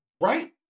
right